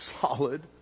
solid